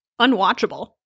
unwatchable